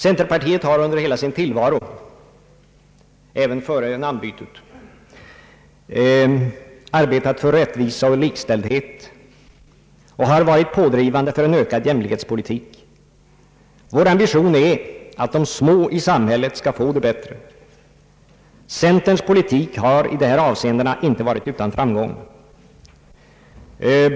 Centerpartiet har under hela sin tillvaro — även före namnbytet — arbetat för rättvisa och likställdhet och har varit pådrivande för en ökad jämlikhetspolitik. Vår ambition är att de små i samhället skall få det bättre. Centerpartiets politik har i dessa avseenden inte varit utan framgång.